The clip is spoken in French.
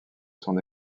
son